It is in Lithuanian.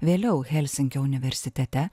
vėliau helsinkio universitete